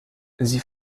sie